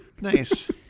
Nice